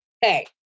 hey